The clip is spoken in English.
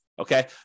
Okay